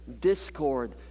discord